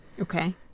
Okay